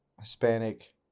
Hispanic